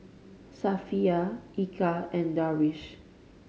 Safiya Eka and Darwish